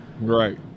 Right